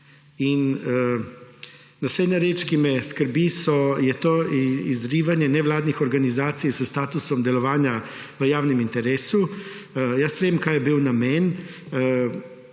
Naslednja reč, ki me skrbi, je to izrivanje nevladnih organizacij s statusom delovanja v javnem interesu. Vem, kaj je bil namen,